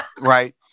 Right